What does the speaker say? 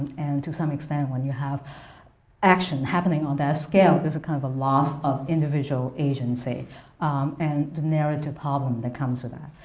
and to some extent, when you have action happening on that scale there is a kind of a loss of individual agency and the narrative problem that comes with that.